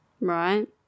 right